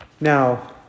Now